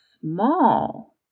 small